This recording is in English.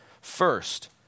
first